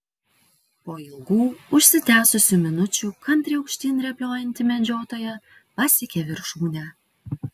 po ilgų užsitęsusių minučių kantriai aukštyn rėpliojanti medžiotoja pasiekė viršūnę